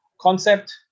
concept